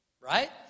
Right